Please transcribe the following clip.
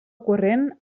corrent